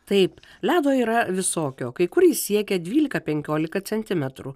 taip ledo yra visokio kai kur jis siekia dvylika penkiolika centimetrų